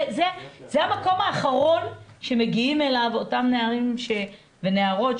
זה המקום האחרון שמגיעים אליו אותם נערים ונערות,